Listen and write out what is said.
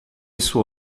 isso